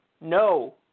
no